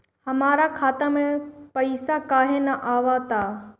हमरा खाता में पइसा काहे ना आव ता?